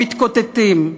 מתקוטטים,